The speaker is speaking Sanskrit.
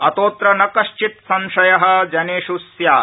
अतोड़त्र न कथ्चित् संशय जनेष् स्यात्